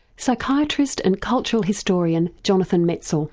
psychiatrist and cultural historian jonathan metzl